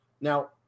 Now